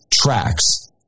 tracks